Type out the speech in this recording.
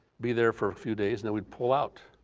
be there for a few days and then we pull out.